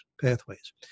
pathways